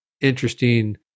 interesting